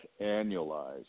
annualized